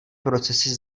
procesy